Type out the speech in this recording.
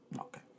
Okay